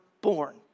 born